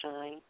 shine